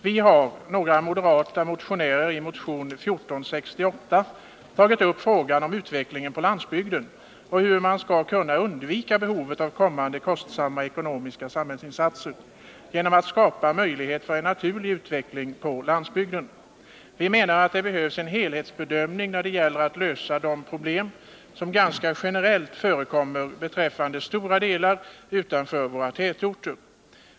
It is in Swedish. Vi är några moderata motionärer som i motion 1468 tagit upp frågan om utvecklingen på landsbygden och hur man skall kunna undvika behovet av kommande kostsamma ekonomiska samhällsinsatser genom att skapa möjlighet för en naturlig utveckling på landsbygden. Vi menar att det behövs en helhetsbedömning när det gäller att lösa de problem som ganska generellt förekommer beträffande stora delar av landsbygden utanför våra tätorter.